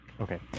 Okay